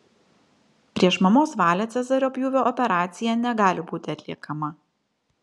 prieš mamos valią cezario pjūvio operacija negali būti atliekama